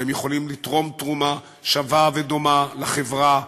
והם יכולים לתרום תרומה שווה ודומה לחברה,